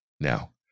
Now